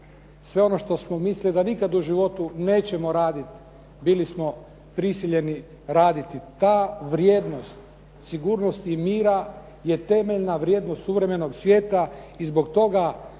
sve ono što smo mislili da nikad u životu nećemo raditi bili smo prisiljeni raditi. Ta vrijednost sigurnosti i mira je temeljna vrijednost suvremenog svijeta i zbog toga